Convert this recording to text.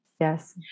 yes